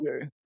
Okay